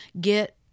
get